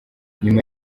nyuma